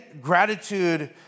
gratitude